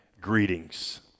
greetings